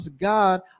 God